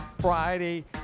Friday